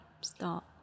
start